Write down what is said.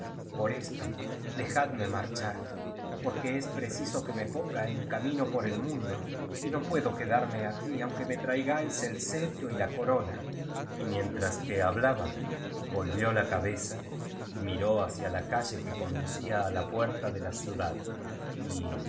por esto dejadme marchar porque es preciso que rae ponga en camino por el mundo y no puedo quedarme aquí aunque me traigáis el ce tro y la corona y mientras que hablaba volvió la cabeza y miró hacia la calle que conducía á la puerta de la ciudad y